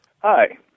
Hi